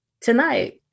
tonight